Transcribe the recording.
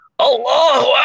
Allahu